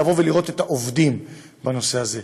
לראות את העובדים בנושא הזה.